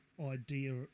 idea